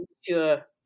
sure